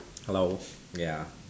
hello ya